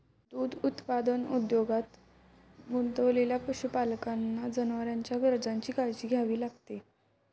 दूध उत्पादन उद्योगात गुंतलेल्या पशुपालकांना जनावरांच्या गरजांची काळजी घ्यावी लागते